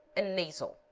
and nasal.